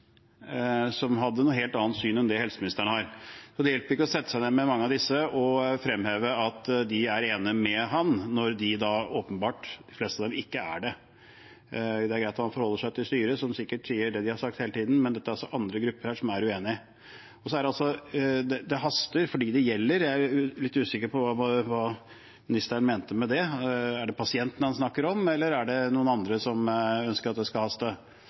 som hadde et helt annet syn enn det helseministeren har. Så det hjelper ikke å sette seg ned med mange av disse og fremheve at de er enige med ham, når de fleste av dem åpenbart ikke er det. Det er greit at han forholder seg til styret, som sikkert sier det de har sagt hele tiden, men det er andre grupper her som er uenig. Det haster for dem det gjelder; jeg er litt usikker på hva ministeren mener med det. Snakker han om pasientene, eller det noen andre som ønsker det skal haste? Eller er det regjeringen selv? Pasientene ønsker å ha